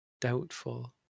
doubtful